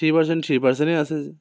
three percent three পাৰ্চেণ্টে আছে যে